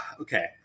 Okay